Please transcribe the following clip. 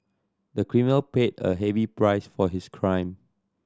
the criminal paid a heavy price for his crime